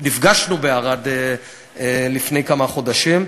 ונפגשנו בערד לפני כמה חודשים,